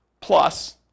Plus